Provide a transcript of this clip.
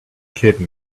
kid